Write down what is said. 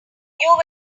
will